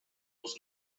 was